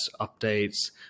updates